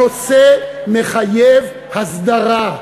הנושא מחייב הסדרה.